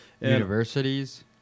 universities